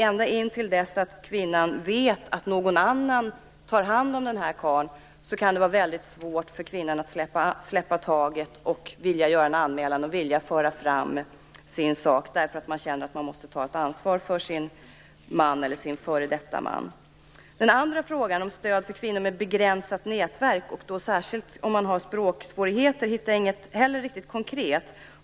Ända till dess att kvinnan vet att någon annan tar hand om den här karlen kan det vara väldigt svårt för henne att släppa taget, göra en anmälan och föra fram sin sak. Hon känner att hon måste ta ett ansvar för sin man, eller före detta man. Den andra frågan, om stöd för kvinnor med begränsat nätverk, och särskilt de med språksvårigheter, hittar jag heller inget riktigt konkret svar på.